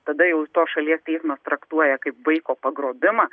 tada jau tos šalies teismas traktuoja kaip vaiko pagrobimą